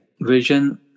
vision